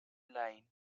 line